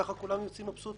ככה כולם יוצאים מבסוטים,